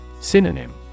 Synonym